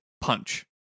punch